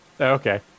Okay